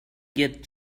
get